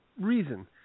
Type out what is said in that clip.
reason